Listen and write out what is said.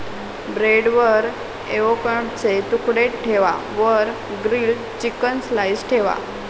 ब्रेडवर एवोकॅडोचे तुकडे ठेवा वर ग्रील्ड चिकन स्लाइस ठेवा